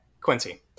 Quincy